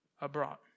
abroad